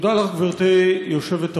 תודה לך, גברתי היושבת-ראש.